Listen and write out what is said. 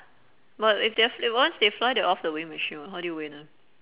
but if they fly once they fly they're off the weighing machine [what] how do you weigh them